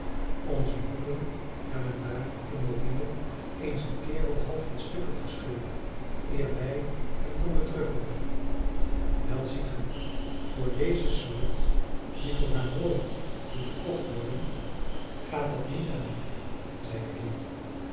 onze honden hebben daar in mobile eens een kerel half in stukken gescheurd eer wij hen konden terug roepen wel ziet ge voor deze soort die voor haar mooi moet verkocht worden gaat dat niet aan zeide haley